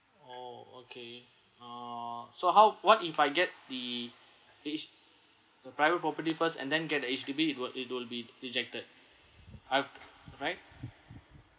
oh okay ah so how what if I get the H~ the private property first and then get the H_D_B it would it will be rejected I've right